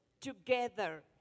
together